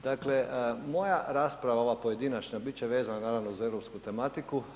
Dakle, moja rasprava ova pojedinačna bit će vezana naravno uz europsku tematiku.